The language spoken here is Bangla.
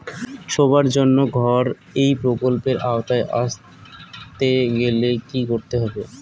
সবার জন্য ঘর এই প্রকল্পের আওতায় আসতে গেলে কি করতে হবে?